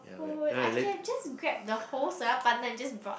food I should have just grabbed the whole soya pandan and just brought